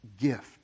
gift